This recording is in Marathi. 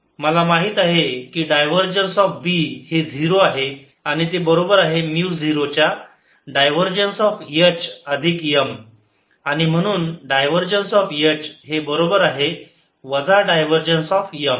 मला माहित आहे की डायव्हर्जनस ऑफ B हे 0 आहे आणि ते बरोबर आहे म्यु 0 च्या डायव्हरजन्स ऑफ H अधिक M आणि म्हणून डायव्हरजन्स ऑफ H हे बरोबर आहे वजा डायव्हरजन्स ऑफ M